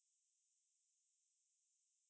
err is quite different ah ya